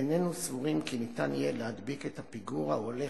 איננו סבורים כי ניתן יהיה להדביק את הפיגור ההולך